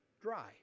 dry